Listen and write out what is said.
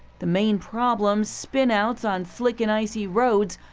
the main problems, spin-outs on slick and icy roads,